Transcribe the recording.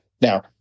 Now